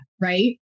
right